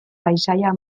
paisaia